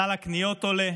סל הקניות עולה,